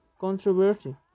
controversy